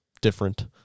different